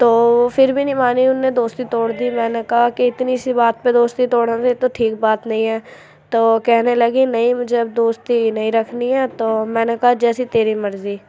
تو پھر بھی نہیں مانیں ان نے دوستی توڑ دی میں نے کہا کہ اتنی سی بات پہ دوستی توڑنی تو ٹھیک بات نہیں ہے تو کہنے لگی نہیں مجھے اب دوستی نہیں رکھنی ہے تو میں نے کہا جیسی تیری مرضی